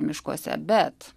miškuose bet